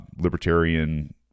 libertarian